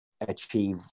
achieve